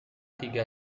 tiga